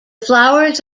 flowers